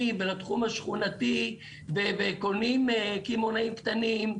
ולתחום השכונתי וקונים קמעונאים קטנים,